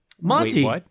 Monty